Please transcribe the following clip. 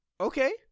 Okay